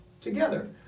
together